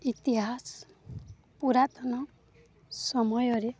ଇତିହାସ ପୁରାତନ ସମୟରେ